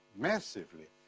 massively.